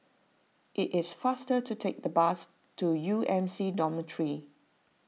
it is faster to take the bus to U M C Dormitory